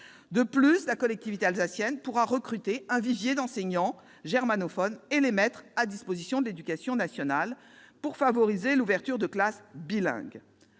De plus, elle pourra recruter un vivier d'enseignants germanophones et les mettre à disposition de l'éducation nationale pour favoriser l'ouverture de classes bilingues.